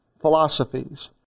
philosophies